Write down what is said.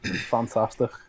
Fantastic